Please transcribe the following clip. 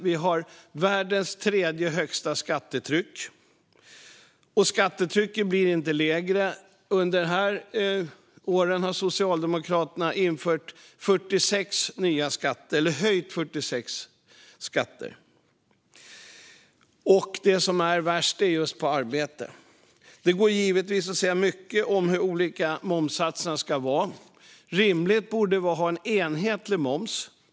Vi har världens tredje högsta skattetryck, och det blir inte lägre. Under de här åren har Socialdemokraterna höjt 46 skatter, och värst är det med skatten på arbete. Det går givetvis att säga mycket om hur olika momssatser ska vara. Det borde vara rimligt med en enhetlig moms.